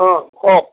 অঁ কওক